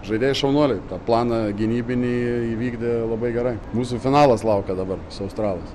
žaidėjai šaunuoliai tą planą gynybinį įvykdė labai gerai mūsų finalas laukia dabar su australais